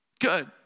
good